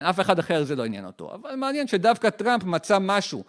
אף אחד אחר זה לא עניין אותו, אבל מעניין שדווקא טראמפ מצא משהו.